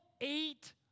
eight